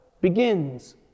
begins